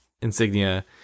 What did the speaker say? insignia